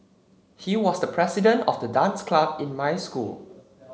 he was the president of the dance club in my school